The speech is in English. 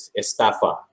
estafa